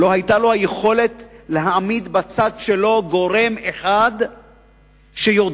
ולא היתה לו היכולת להעמיד בצד שלו גורם אחד שיודע